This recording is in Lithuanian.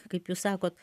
kaip jūs sakot